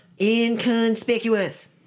inconspicuous